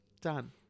Done